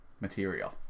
material